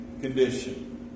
condition